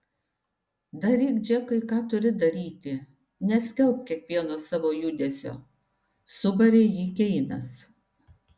daryk džekai ką turi daryti neskelbk kiekvieno savo judesio subarė jį keinas